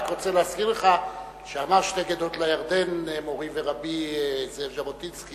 אני רק רוצה להזכיר לך שאמר "שתי גדות לירדן" מורי ורבי זאב ז'בוטינסקי,